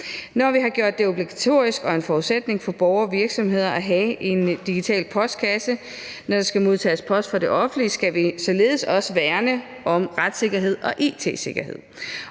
Når vi har gjort det obligatorisk og til en forudsætning for borgere og virksomheder at have en digital postkasse, når man skal modtage post fra det offentlige, skal vi således også værne om retssikkerhed og it-sikkerhed.